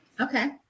Okay